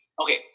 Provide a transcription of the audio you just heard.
okay